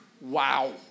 Wow